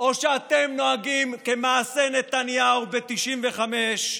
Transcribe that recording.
או שאתם נוהגים כמעשה נתניהו ב-1995,